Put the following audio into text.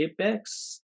Apex